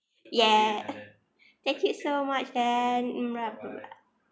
yeah thank you so much then mm right right